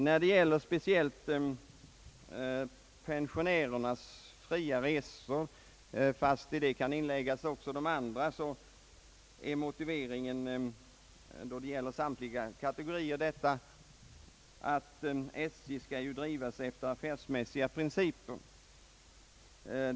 samtliga dessa kategoriers och speciellt pensionärernas fria resor är att SJ skall drivas efter affärsmässiga principer.